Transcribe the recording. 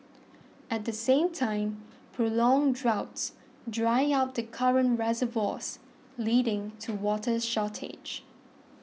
at the same time prolonged droughts dry out the current reservoirs leading to water shortage